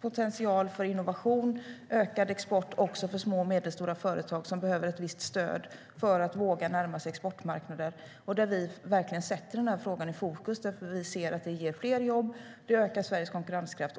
potential för innovation och ökad export också för små och medelstora företag som behöver ett visst stöd för att våga närma sig exportmarknader. Vi sätter verkligen denna fråga i fokus, för vi ser att det ger fler jobb och ökar Sveriges konkurrenskraft.